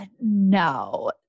No